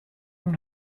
اون